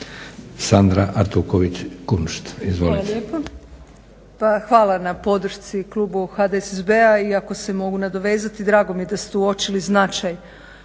Sandra** Hvala lijepa. Pa hvala na podršci klubu HDSSB-a i ako se mogu nadovezati drago mi je da ste uočili značaj